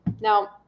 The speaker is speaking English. Now